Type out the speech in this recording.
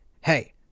Hey